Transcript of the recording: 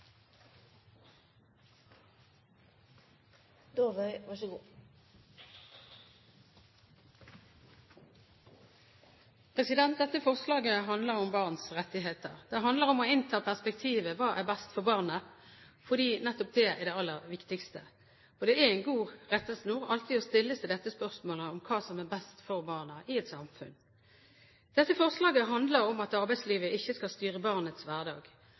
Dette forslaget handler om barns rettigheter. Det handler om å innta perspektivet: Hva er best for barnet? For nettopp det er det aller viktigste. Det er en god rettesnor alltid å stille seg dette spørsmålet om hva som er best for barna i et samfunn. Dette forslaget handler om at arbeidslivet ikke skal styre barnets hverdag: